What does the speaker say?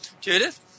Judith